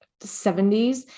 70s